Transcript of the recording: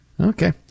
Okay